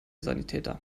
sanitäter